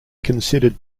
considered